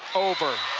over.